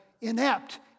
inept